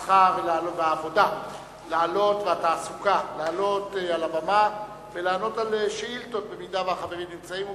המסחר והתעסוקה לעלות על הבימה ולענות על שאילתות אם החברים נמצאים.